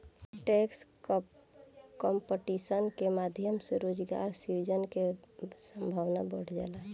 tax competition के माध्यम से रोजगार सृजन के संभावना बढ़ जाला